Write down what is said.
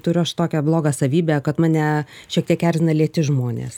turiu aš tokią blogą savybę kad mane šiek tiek erzina lėti žmonės